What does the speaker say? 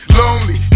lonely